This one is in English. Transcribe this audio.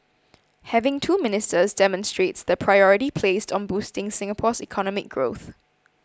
having two ministers demonstrates the priority placed on boosting Singapore's economic growth